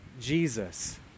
Jesus